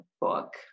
book